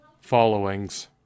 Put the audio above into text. followings